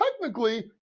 technically